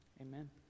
amen